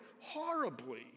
horribly